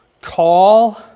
call